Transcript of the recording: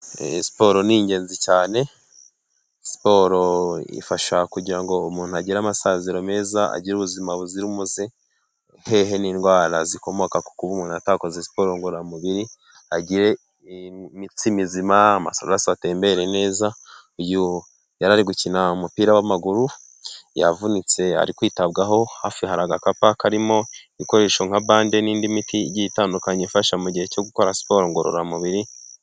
Sport ni ingenzi cyane ,sport ifasha kugira ngo umuntu agire amasaziro meza agire ubuzima buzira umuze hehe n'indwara zikomoka ku kuba umuntu atakoze siporo ngororamubiri agire imitsi mizima amaraso atembere neza ,uyu yari ari gukina umupira w'amaguru yavunitse ari kwitabwaho ,hafi hari agakapu karimo ibikoresho nka bande n'indi miti igiye itandukanye ifasha mu gihe cyo gukora siporo ngororamubiri.